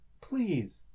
please